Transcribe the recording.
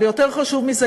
אבל יותר חשוב מזה,